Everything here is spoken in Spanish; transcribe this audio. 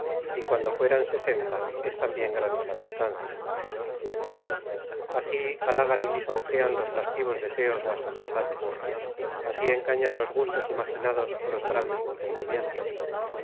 y cuando fueran sesenta es tambien grande la distancia ansí halagan y lisonjean los lascivos deseos las voluntades así engañan los gustos imaginados á los grandes entendimientos